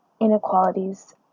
inequalities